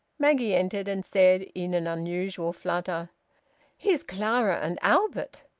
maggie entered, and said, in an unusual flutter here's clara and albert!